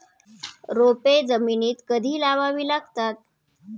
रोपे जमिनीत कधी लावावी लागतात?